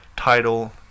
title